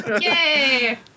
yay